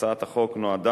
הצעת החוק נועדה